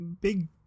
big